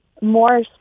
more